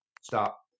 stop